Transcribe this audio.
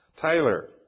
Tyler